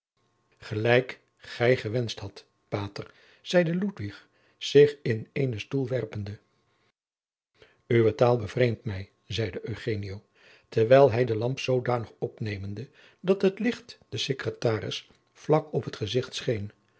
gelijk gij gewenscht had pater zeide ludwig zich in eenen stoel werpende uwe taal bevreemt mij zeide eugenio terwijl hij de lamp zoodanig opnemende dat het licht den secretaris vlak op t gezicht scheen